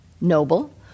Noble